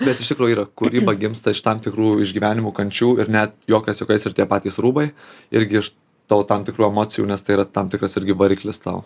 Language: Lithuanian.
bet iš tikro yra kūryba gimsta iš tam tikrų išgyvenimų kančių ir net juokas juokais ir tie patys rūbai irgi iš to tam tikrų emocijų nes tai yra tam tikras irgi variklis tau